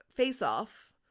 face-off